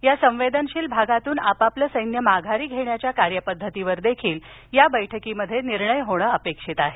या संवेदनशील भागातून आपापलं सैन्य माघारी घेण्याच्या कार्यपद्धतीवर देखील या बैठकीत निर्णय होणे अपेक्षित आहे